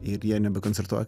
ir jie nebekoncertuoja